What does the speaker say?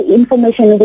information